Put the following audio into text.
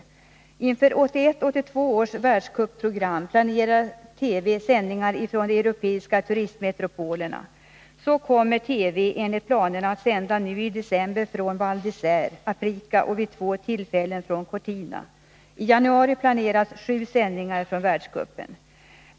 Inför 1981-1982 års världscupprogram planerar TV sändningar ifrån de europeiska turistmetropolerna. Så kommer TV enligt planerna att nu i december sända från Val d'Isere, från Aprica och vid två tillfällen från Cortina. Sju sändningar från världscupen planeras i januari.